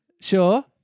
Sure